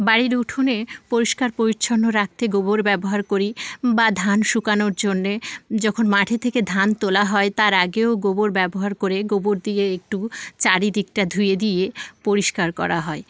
বাড়ির উঠোনে পরিষ্কার পরিচ্ছন্ন রাখতে গোবর ব্যবহার করি বা ধান শুকানোর জন্যে যখন মাঠে থেকে ধান তোলা হয় তার আগেও গোবর ব্যবহার করে গোবর দিয়ে একটু চারিদিকটা ধুয়ে দিয়ে পরিষ্কার করা হয়